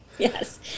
Yes